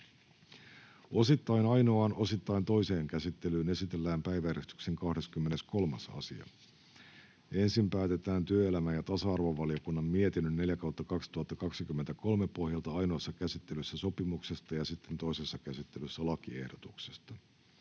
Osittain ainoaan, osittain toiseen käsittelyyn esitellään päiväjärjestyksen 23. asia. Ensin päätetään työelämä- ja tasa-arvovaliokunnan mietinnön TyVM 4/2023 vp pohjalta ainoassa käsittelyssä sopimuksesta ja sitten toisessa käsittelyssä lakiehdotuksesta.